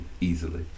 easily